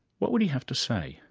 what would he have to say?